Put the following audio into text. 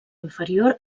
inferior